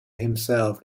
himself